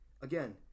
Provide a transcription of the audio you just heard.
again